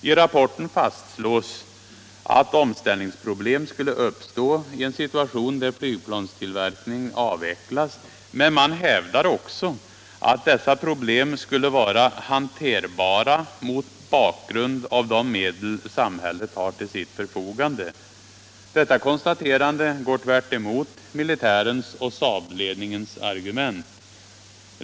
I rapporten fastslås att omställningsproblem skulle uppstå i en situation där flygplanstillverkningen avvecklas, men man hävdar också att dessa problem skulle vara hanterbara mot bakgrund av de medel samhället har till sitt förfogande. Detta konstaterande går tvärtemot militärens och SAAB-ledningens argument.